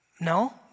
No